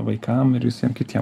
vaikam ir visiem kitiem